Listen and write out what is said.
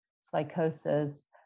psychosis